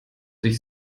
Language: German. sich